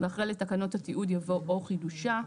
ואחרי "לתקנות התיעוד" יבוא "או חידושה".